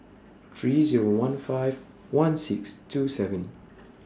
three Zero one five one six two seven